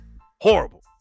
Horrible